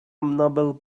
nobel